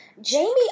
Jamie